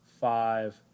five